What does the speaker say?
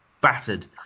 battered